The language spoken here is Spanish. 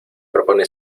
propone